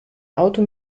auto